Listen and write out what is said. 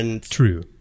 True